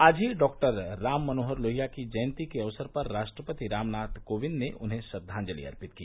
आज ही डॉक्टर राम मनोहर लोहिया की जयंती के अवसर पर राष्ट्रपति रामनाथ कोविंद ने उन्हें श्रद्वांजलि अर्पित की